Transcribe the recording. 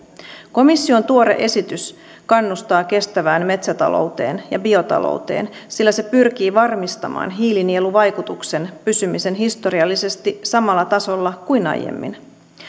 komission tuore esitys kannustaa kestävään metsätalouteen ja biotalouteen sillä se pyrkii varmistamaan hiilinieluvaikutuksen pysymisen historiallisesti samalla tasolla kuin aiemmin